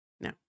No